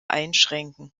einschränken